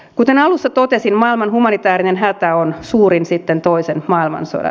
kuten alussa totesin maailman humanitäärinen hätä on suurin sitten toisen maailmansodan